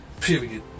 Period